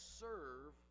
serve